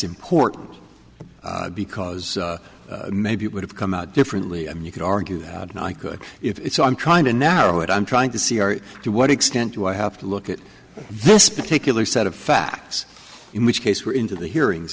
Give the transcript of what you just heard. important because maybe it would have come out differently and you could argue that i could if so i'm trying to narrow it i'm trying to see are to what extent do i have to look at this particular set of facts in which case we're into the hearings